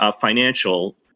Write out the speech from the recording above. financial